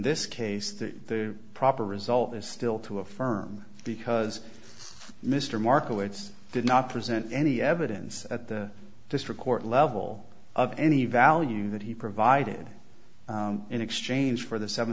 this case the proper result is still to affirm because mr markowitz did not present any evidence at the district court level of any value that he provided in exchange for the seven